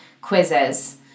quizzes